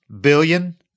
billion